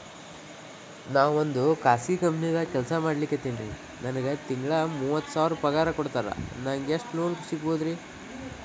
ನಾವೊಂದು ಖಾಸಗಿ ಕಂಪನಿದಾಗ ಕೆಲ್ಸ ಮಾಡ್ಲಿಕತ್ತಿನ್ರಿ, ನನಗೆ ತಿಂಗಳ ಮೂವತ್ತು ಸಾವಿರ ಪಗಾರ್ ಕೊಡ್ತಾರ, ನಂಗ್ ಎಷ್ಟು ಲೋನ್ ಸಿಗಬೋದ ರಿ?